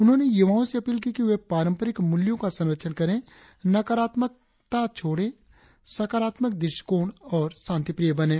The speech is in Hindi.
उन्होंने युवाओं से अपील की कि वे पारंपरिक मूल्यों का संरक्षण करें नकारात्मकता छोड़े सकारात्मक दृष्टिकोण और शांतिप्रिय बनें